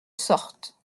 sorte